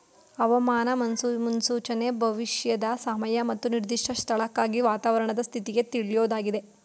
ಹವಾಮಾನ ಮುನ್ಸೂಚನೆ ಭವಿಷ್ಯದ ಸಮಯ ಮತ್ತು ನಿರ್ದಿಷ್ಟ ಸ್ಥಳಕ್ಕಾಗಿ ವಾತಾವರಣದ ಸ್ಥಿತಿನ ತಿಳ್ಯೋದಾಗಿದೆ